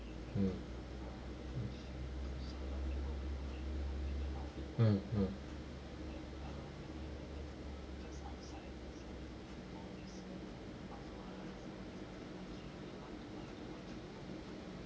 mm mm mm